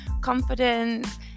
confidence